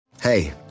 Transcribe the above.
Hey